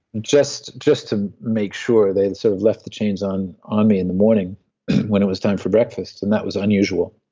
just just to make sure they had and sort of left the chains on on me in the morning when it was time for breakfast, and that was unusual,